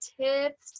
tips